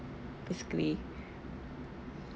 basically